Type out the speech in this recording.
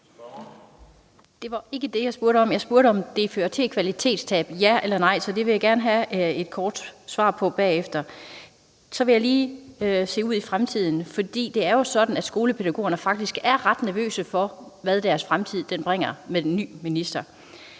Det var ikke det, jeg spurgte om. Jeg spurgte, om det fører til et kvalitetstab – ja eller nej. Så det vil jeg gerne have et kort svar på bagefter. Så vil jeg lige se ud i fremtiden, fordi det jo er sådan, at skolepædagogerne faktisk er ret nervøse for, hvad deres fremtid bringer med den ny minister.